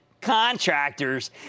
contractors